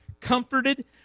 comforted